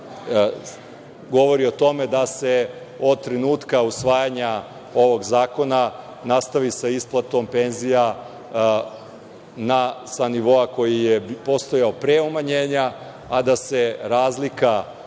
govori o tome da se od trenutka usvajanja ovog zakona nastavi sa isplatom penzija sa nivoa koji je postojao pre umanjenja, a da se razlika